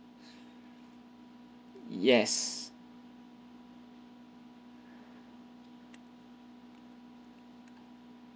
yes